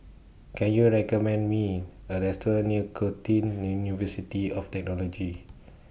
Can YOU recommend Me A Restaurant near Curtin University of Technology